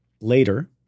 later